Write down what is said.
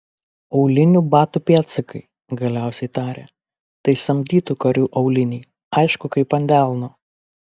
aulinių batų pėdsakai galiausiai tarė tai samdytų karių auliniai aišku kaip ant delno